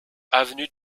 avenue